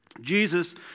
Jesus